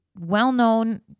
well-known